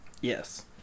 Yes